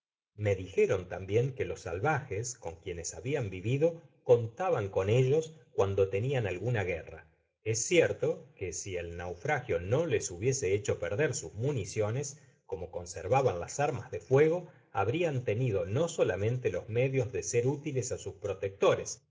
me dijeron tambien que los salvajes con quienes habian vivido contaban con ellos cuando tenian alguna guerra es cierto que si el naufragio no les hubiese hecho perder sus municiones como conservaban las armas de fuego habrian tenido no solamente los medios de ser útiles á sus protectores